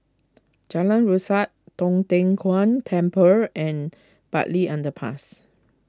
Jalan Resak Tong Tien Kung Temple and Bartley Underpass